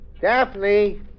Daphne